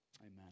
Amen